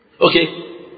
Okay